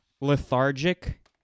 lethargic